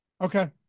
Okay